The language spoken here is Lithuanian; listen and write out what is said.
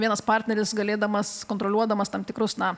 vienas partneris galėdamas kontroliuodamas tam tikrus na